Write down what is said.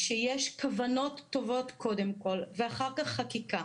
כשיש כוונות טובות קודם כל ואחר כך חקיקה